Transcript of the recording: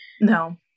No